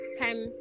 time